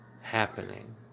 happening